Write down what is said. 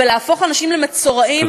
להפוך אנשים למצורעים?